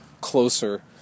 closer